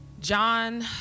John